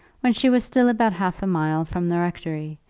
when she was still about half a mile from the rectory,